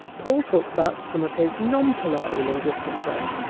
paul talks about some of his non-polari linguistics work,